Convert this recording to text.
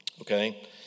okay